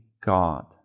God